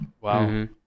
Wow